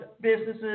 businesses